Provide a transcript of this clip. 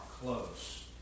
close